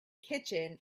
kitchen